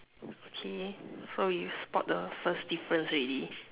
okay so we spot the first difference already